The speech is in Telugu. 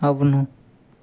అవును